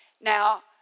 Now